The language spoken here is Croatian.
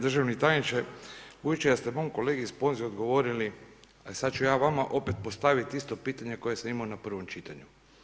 državni tajniče, budući da ste mom kolegi Sponzi odgovorili, sad ću ja vama opet postaviti isto pitanje koje sam imao na prvom čitanju.